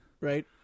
Right